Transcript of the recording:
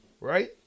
right